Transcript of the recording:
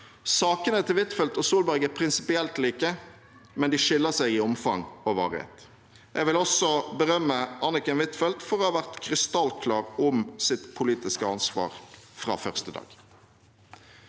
Sakene til Huitfeldt og Solberg er prinsipielt like, men de skiller seg i omfang og varighet. Jeg vil også berømme Anniken Huitfeldt for å ha vært krystallklar om sitt politiske ansvar fra første dag.